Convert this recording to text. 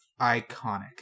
iconic